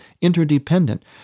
interdependent